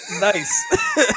Nice